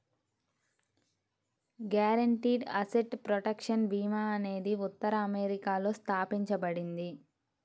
guaranteed asset protection భీమా అనేది ఉత్తర అమెరికాలో స్థాపించబడింది